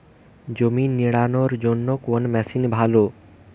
জমি নিড়ানোর জন্য কোন মেশিন ভালো?